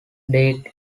data